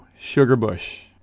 Sugarbush